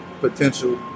potential